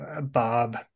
Bob